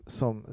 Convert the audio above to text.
som